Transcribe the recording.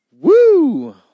Woo